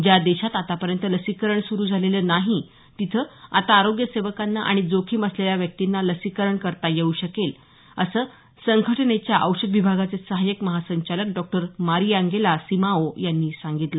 ज्या देशांत आतापर्यंत लसीकरण सुरू झालेलं नाही तिथं आता आरोग्य सेवकांना आणि जोखीम असलेल्या व्यक्तींना लसीकरण करता येऊ शकेल असं संघटनेच्या औषध विभागाचे सहायक महासंचालक डॉक्टर मारियांगेला सिमाओ यांनी सांगितलं